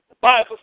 Bible